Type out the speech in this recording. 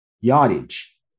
Yardage